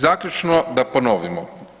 Zaključno da ponovimo.